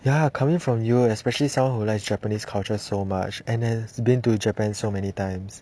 ya coming from you especially someone who likes japanese culture so much and has been to japan so many times